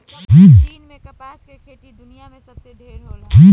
चीन में कपास के खेती दुनिया में सबसे ढेर होला